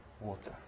water